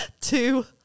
two